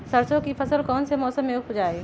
सरसों की फसल कौन से मौसम में उपजाए?